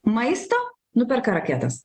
maisto nuperka raketas